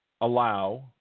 allow